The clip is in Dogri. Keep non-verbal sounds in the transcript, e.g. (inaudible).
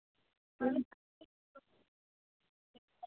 (unintelligible)